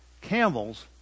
camels